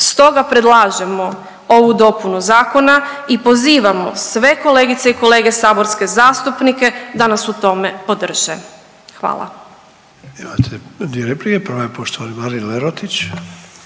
Stoga predlažemo ovu dopunu zakona i pozivamo sve kolegice i kolege saborske zastupnike da nas u tom podrže. Hvala.